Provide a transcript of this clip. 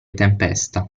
tempesta